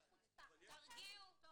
אני חושב שזה חוצפה מה שאת עושה כאן.